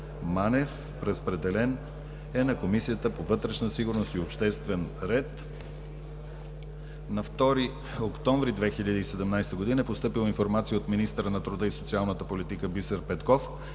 Манев. Разпределен е на Комисията по вътрешна сигурност и обществен ред. На 2 октомври 2017 г. е постъпила информация от министъра на труда и социалната политика Бисер Петков